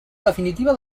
definitiva